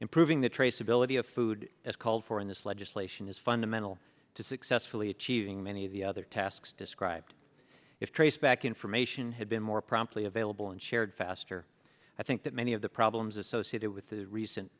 improving the traceability of food as called for in this legislation is fundamental to successfully achieving many of the other tasks described if traceback information had been more promptly available and shared faster i think that many of the problems associated with the recent